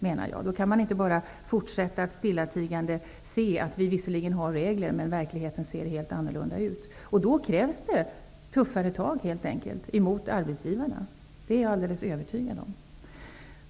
Man kan inte bara fortsätta att stillatigande säga att vi har regler när verkligheten ser annorlunda ut. Då krävs det tuffare tag mot arbetsgivarna. Jag är helt övertygad om det.